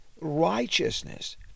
righteousness